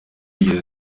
zigeze